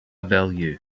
value